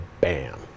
bam